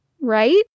right